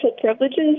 privileges